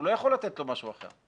הוא לא יכול לתת לו משהו אחר.